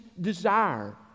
desire